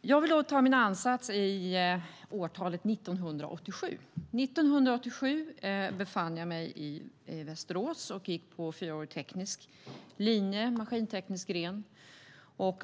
Jag vill ta min ansats i årtalet 1987. År 1987 befann jag mig i Västerås och gick på fyraårig teknisk linje, maskinteknisk gren.